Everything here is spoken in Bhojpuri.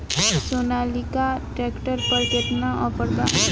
सोनालीका ट्रैक्टर पर केतना ऑफर बा?